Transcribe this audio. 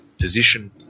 position